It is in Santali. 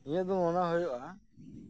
ᱤᱧᱟᱹᱜ ᱫᱚ ᱢᱚᱱᱮ ᱦᱩᱭᱩᱜᱼᱟ